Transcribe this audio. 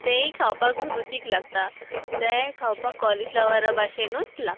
तेंय खावपाक रुचीक लागता तें खावपाक कॉलीफ्लावर भाशेनूच लागता थँक्यू